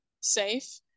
safe